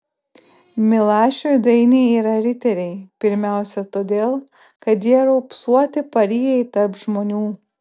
milašiui dainiai yra riteriai pirmiausia todėl kad jie raupsuoti parijai tarp žmonių